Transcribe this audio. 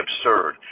absurd